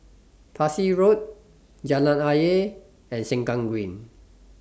Parsi Road Jalan Ayer and Sengkang Green